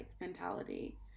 mentality